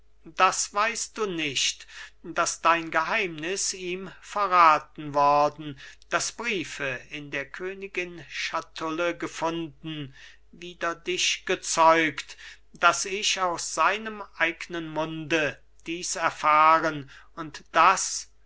das weißt du nicht daß dein geheimnis ihm verraten worden daß briefe in der königin schatulle gefunden wider dich gezeugt daß ich aus seinem eignen munde dies erfahren und daß